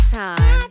time